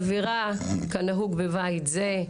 כנהוג בבית זה,